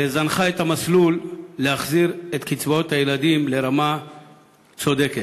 וזנחה את המסלול של החזרת קצבאות הילדים לרמה צודקת.